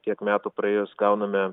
kiek metų praėjus gauname